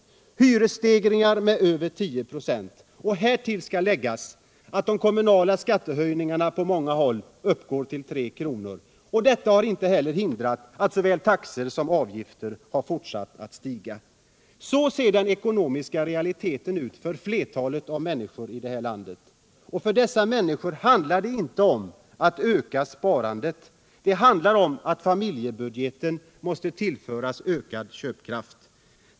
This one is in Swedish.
Hyresstegringar har skett med över 10 96. Härtill skall läggas att de kommunala skattehöjningarna på många håll uppgår till 3 kr., vilket inte har hindrat att taxor och avgifter har fortsatt att stiga. Sådan ser den ekonomiska realiteten ut för flertalet människor i vårt land. Och för dessa människor handlar det i dag inte om att öka sparandet — det handlar om att familjebudgeten måste tillföras ökad köpkraft.